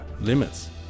limits